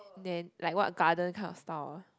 then like what garden kind of style